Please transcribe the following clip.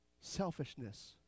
selfishness